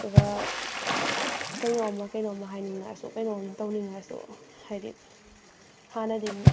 ꯑꯗꯨꯒ ꯀꯩꯅꯣꯝꯃ ꯀꯩꯅꯣꯝꯃ ꯍꯥꯏꯅꯤꯡꯉꯛꯑꯁꯨ ꯀꯩꯅꯣꯝ ꯇꯧꯅꯤꯡꯉꯛꯑꯁꯨ ꯍꯥꯏꯗꯤ ꯍꯥꯟꯅꯗꯤ